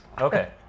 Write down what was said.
Okay